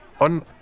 on